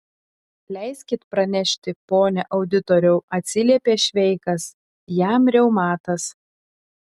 leiskit pranešti pone auditoriau atsiliepė šveikas jam reumatas